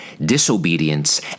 disobedience